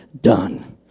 done